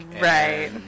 Right